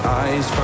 eyes